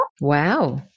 Wow